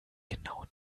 genau